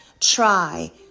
try